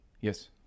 Yes